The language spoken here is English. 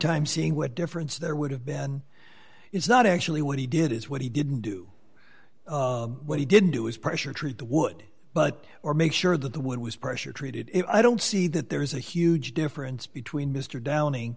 time seeing what difference there would have been it's not actually what he did is what he didn't do what he didn't do is pressure treat the wood but or make sure that the wood was pressure treated it i don't see that there is a huge difference between mr down